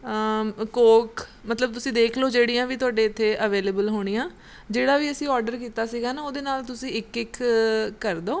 Coke ਮਤਲਬ ਤੁਸੀਂ ਦੇਖ ਲਓ ਜਿਹੜੀਆਂ ਵੀ ਤੁਹਾਡੇ ਇੱਥੇ ਅਵੇਲੇਬਲ ਹੋਣੀਆਂ ਜਿਹੜਾ ਵੀ ਅਸੀਂ ਆਰਡਰ ਕੀਤਾ ਸੀਗਾ ਨਾ ਉਹਦੇ ਨਾਲ ਤੁਸੀਂ ਇੱਕ ਇੱਕ ਕਰ ਦਿਉ